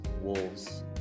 Wolves